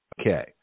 Okay